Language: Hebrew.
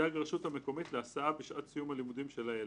תדאג הרשות המקומית להסעה בשעת סיום הלימודים של הילד,